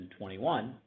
2021